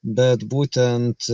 bet būtent